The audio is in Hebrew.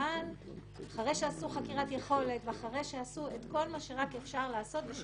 אבל אחרי שעשו חקירת יכולת ואחרי שעשו את כל מה שאפשר לעשות כדי